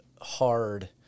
hard